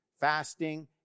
fasting